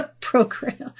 program